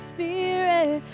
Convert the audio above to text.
Spirit